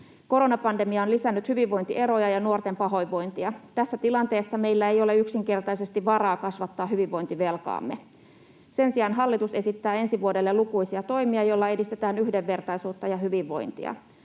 Koronapandemia on lisännyt hyvinvointieroja ja nuorten pahoinvointia. Tässä tilanteessa meillä ei ole yksinkertaisesti varaa kasvattaa hyvinvointivelkaamme. Sen sijaan hallitus esittää ensi vuodelle lukuisia toimia, joilla edistetään yhdenvertaisuutta ja hyvinvointia.